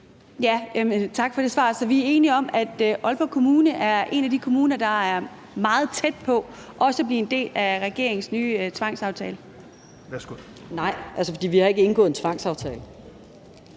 Tak for det svar. Så vi er enige om, at Aalborg Kommune er en af de kommuner, der er meget tæt på også at blive en del af regeringens nye tvangsaftale? Kl. 10:55 Fjerde næstformand